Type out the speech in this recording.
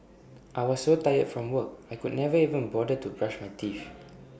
I was so tired from work I could never even bother to brush my teeth